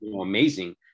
amazing